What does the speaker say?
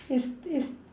is is